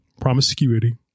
promiscuity